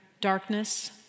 darkness